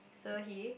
so he